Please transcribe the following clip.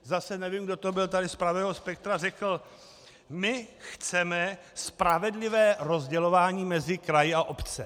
Zase nevím, kdo to byl tady z pravého spektra, řekl: my chceme spravedlivé rozdělování mezi kraje a obce.